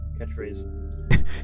catchphrase